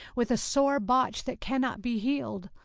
with a sore botch that cannot be healed,